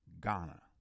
Ghana